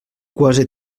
quasi